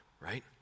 right